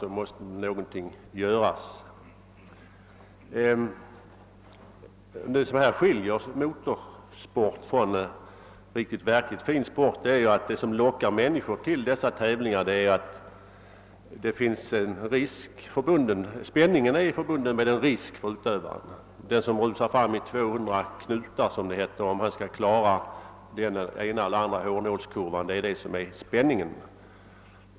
Då hade oundgängligen någonting måst göras. Vad som skiljer motorsport från verkligt fin sport är ju att det som lockar människor till dessa tävlingar är att spänningen är förbunden med en risk för utövaren. Om den som rusar fram i 200 knutar, som det heter, skall klara den ena eller andra hårnålskurvan utgör spänningsmoment i dessa tävlingar.